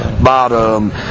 bottom